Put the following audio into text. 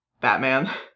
Batman